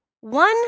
one